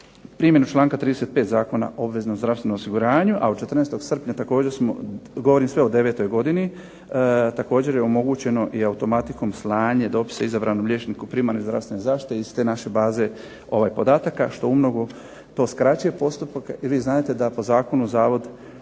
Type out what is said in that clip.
primjenu članka 35. Zakona o obveznom zdravstvenom osiguranju, a od 14. srpnja također smo, govorim sve o 2009. godini, također je omogućeno i automatikom slanje dopisa izabranom liječniku primarne zdravstvene zaštite iz te naše baze podataka, što mnogo to skraćuje postupak. Vi znadete da po zakonu zavod